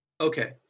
Okay